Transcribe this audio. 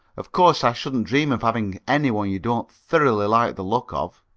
of course i shouldn't dream of having anyone you didn't thoroughly like the look of